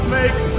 make